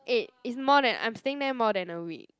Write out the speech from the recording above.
eh it's more than I'm staying there more than a week